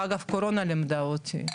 אגב הקורונה לימדה אותי,